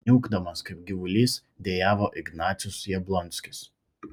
niūkdamas kaip gyvulys dejavo ignacius jablonskis